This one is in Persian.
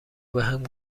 بهم